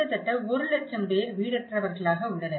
கிட்டத்தட்ட 1 லட்சம் பேர் வீடற்றவர்களாக உள்ளனர்